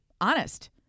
honest